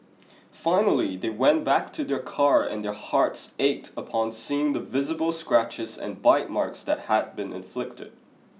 finally they went back to their car and their hearts ached upon seeing the visible scratches and bite marks that had been inflicted